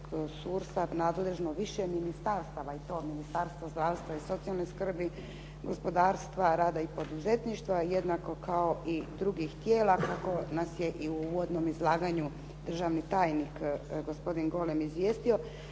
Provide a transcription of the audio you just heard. nadležno više ministarstava i to Ministarstvo zdravstva i socijalne skrbi, gospodarstva, rada i poduzetništva, jednako kao i drugih tijela kako nas je i u uvodnom izlaganju državni tajnik, gospodin Golem izvijestio,